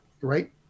right